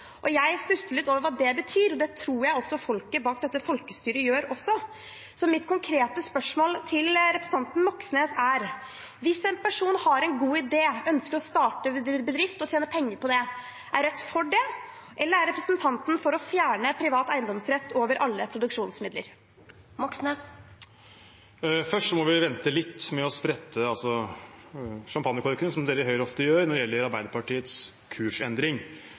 folkestyret. Jeg stusser litt over hva det betyr, og det tror jeg også folket bak dette folkestyret gjør. Så mitt konkrete spørsmål til representanten Moxnes er: Hvis en person har en god idé, ønsker å starte en bedrift og tjene penger på det – er Rødt for det? Eller er representanten for å fjerne privat eiendomsrett over alle produksjonsmidler? Først må vi vente litt med å sprette champagnekorkene – som dere i Høyre ofte gjør – når det gjelder Arbeiderpartiets kursendring.